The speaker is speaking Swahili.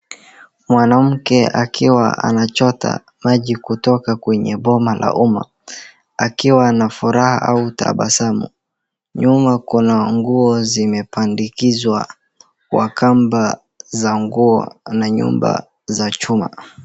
Mwanamke akiwa anachota maji kutoka kwenye boma la umma ,akiwa na furaha au tabasamu, nyuma kuna nguo zimepandikizwa kwa kamba za nguo na nyumba za chuma.